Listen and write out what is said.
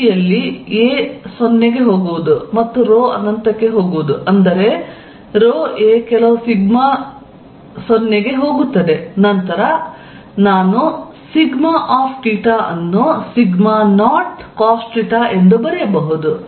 ಮಿತಿಯಲ್ಲಿ 'a 0 ಗೆ ಹೋಗುವುದು' ಮತ್ತು ' ಅನಂತಕ್ಕೆ ಹೋಗುವುದು' ಅಂದರೆ 'ρa ಕೆಲವು ಸಿಗ್ಮಾ 0 ಗೆ ಹೋಗುತ್ತದೆ' ನಂತರ ನಾನು σ θ ಅನ್ನು 0cosθ ಎಂದು ಬರೆಯಬಹುದು